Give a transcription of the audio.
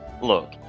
look